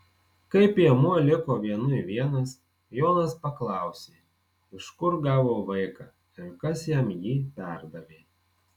kai piemuo liko vienui vienas jonas paklausė iš kur gavo vaiką ir kas jam jį perdavė